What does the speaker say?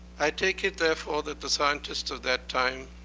i take it, therefore, that the scientists of that time,